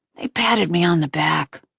they patted me on the back.